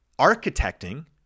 architecting